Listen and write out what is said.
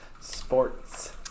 sports